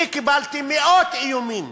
אני קיבלתי מאות איומים,